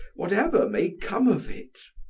whatever may come of it.